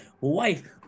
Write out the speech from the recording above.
wife